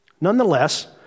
Nonetheless